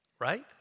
Right